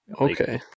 Okay